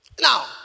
Now